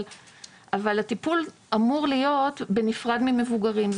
אבל הטיפול אמור להיות בנפרד ממבוגרים.